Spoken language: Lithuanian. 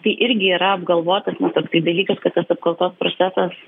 tai irgi yra apgalvotas na toksai dalykas kad tas apkaltos procesas